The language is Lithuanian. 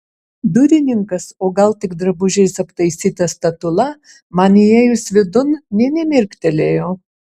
durininkas o gal tik drabužiais aptaisyta statula man įėjus vidun nė nemirktelėjo